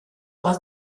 was